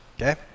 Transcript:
Okay